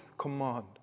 command